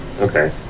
okay